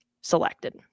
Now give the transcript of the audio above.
selected